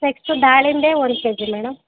next ದಾಳಿಂಬೆ ಒಂದು K G madam